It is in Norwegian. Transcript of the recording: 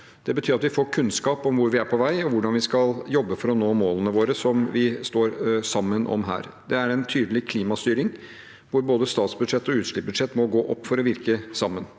Det betyr at vi får kunnskap om hvor vi er på vei og hvordan vi skal jobbe for å målene våre som vi står sammen om her. Det er en tydelig klimastyring hvor både statsbudsjett og utslippsbudsjett må gå opp for å virke sammen.